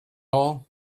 all